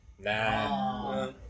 nah